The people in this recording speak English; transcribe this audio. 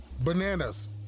Bananas